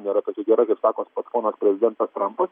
nėra tokia gera kaip sakos pats ponas prezidentas trampas